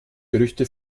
gerüchte